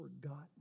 forgotten